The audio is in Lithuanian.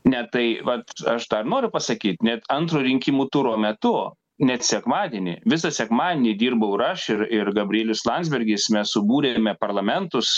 ne tai vat aš tą ir noriu pasakyt net antro rinkimų turo metu net sekmadienį visą sekmadienį dirbau ir aš ir ir gabrielius landsbergis mes subūrėme parlamentus